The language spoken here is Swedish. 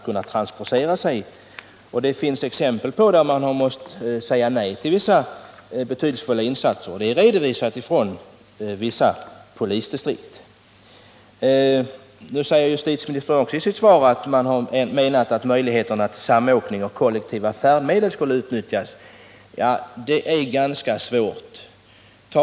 Vissa polisdistrikt har också redovisat att de varit tvungna att säga nej till betydelsefulla insatser. Nu säger justitieministern vidare i sitt svar att man har menat att kollektiva färdmedel och möjligheterna till samåkning skulle utnyttjas. Det är ändå ganska svårt att genomföra.